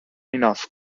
enough